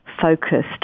focused